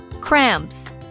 Cramps